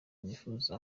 nifuza